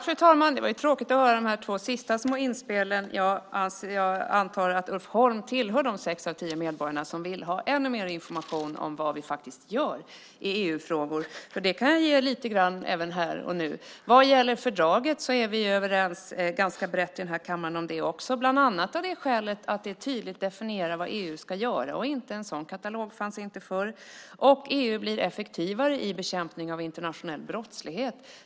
Fru talman! Det var tråkigt att höra de två sista små inspelen. Jag antar att Ulf Holm tillhör de sex av tio medborgare som vill ha ännu mer information om vad vi faktiskt gör i EU-frågor, och det kan jag ge lite grann även här och nu. Vad gäller fördraget är vi ganska överens om det i den här kammaren, bland annat av det skälet att det tydligt definierar vad EU ska göra och inte. En sådan katalog fanns inte förr. Och EU blir effektivare i bekämpningen av internationell brottslighet.